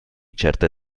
certe